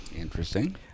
Interesting